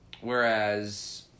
Whereas